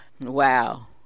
wow